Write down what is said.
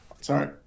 sorry